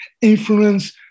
influence